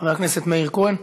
חבר הכנסת מאיר כהן,